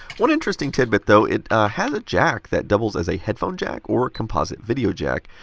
one interesting tidbit though, it has a jack that doubles as a headphone jack or composite video jack.